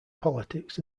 politics